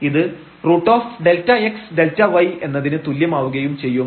ഇത് √ΔxΔy എന്നതിന് തുല്യം ആവുകയും ചെയ്യും